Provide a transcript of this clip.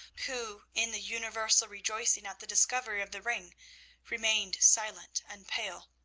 who in the universal rejoicing at the discovery of the ring remained silent and pale.